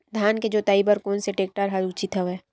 धान के जोताई बर कोन से टेक्टर ह उचित हवय?